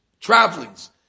travelings